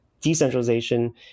decentralization